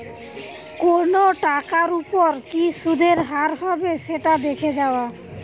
কোনো টাকার ওপর কি সুধের হার হবে সেটা দেখে যাওয়া